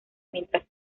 mientras